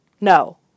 no